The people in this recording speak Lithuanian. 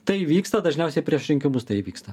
tai vyksta dažniausiai prieš rinkimus tai įvyksta